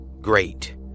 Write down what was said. Great